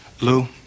Lou